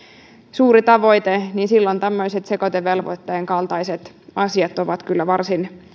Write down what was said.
suuri tavoite niin silloin tämmöiset sekoitevelvoitteen kaltaiset asiat ovat kyllä varsin